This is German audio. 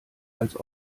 als